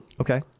Okay